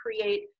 create